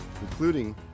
including